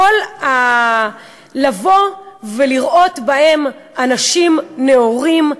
לבוא ולראות בהם אנשים נאורים,